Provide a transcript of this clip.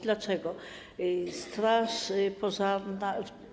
Dlaczego straż pożarna.